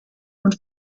und